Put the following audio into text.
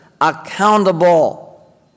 accountable